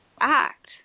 act